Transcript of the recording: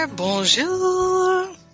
Bonjour